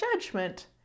judgment